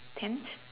tent